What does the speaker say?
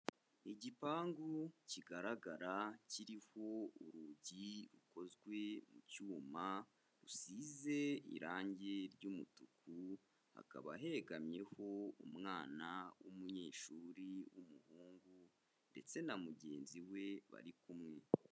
Igipangu kigaragara kiriho urugi rukozwe mu cyuma rusize irangi ry'umutuku, hakaba hegamyeho umwana w'umunyeshuri w'umuhungu ndetse na mugenzi we bari kumwe.